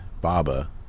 Baba